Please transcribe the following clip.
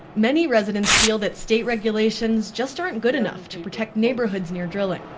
many residents feel that state regulations just aren't good enough to protect neighborhoods near drilling.